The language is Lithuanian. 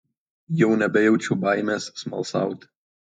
jau nebejaučiau baimės smalsauti